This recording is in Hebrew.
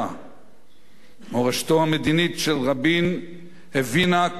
מורשתו המדינית של רבין הבינה כי רק הפתרון של